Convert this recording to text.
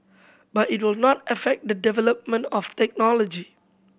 but it will not affect the development of technology